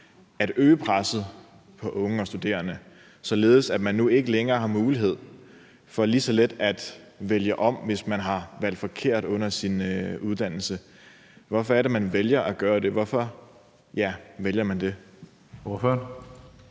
at øge presset på unge og studerende, således at de nu ikke længere har mulighed for lige så let at vælge om, hvis man har valgt forkert i forbindelse med sin uddannelse? Hvorfor vælger man at gøre det? Hvorfor, ja, vælger man det? Kl.